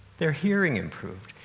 their hearing improved.